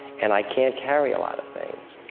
and i can't carry a lot of things.